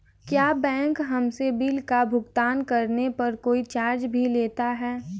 क्या बैंक हमसे बिल का भुगतान करने पर कोई चार्ज भी लेता है?